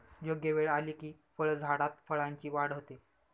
योग्य वेळ आली की फळझाडात फळांची वाढ होते